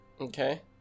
Okay